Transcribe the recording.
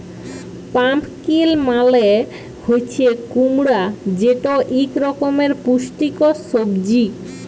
pumpkin মালে হছে কুমড়া যেট ইক রকমের পুষ্টিকর সবজি